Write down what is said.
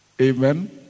Amen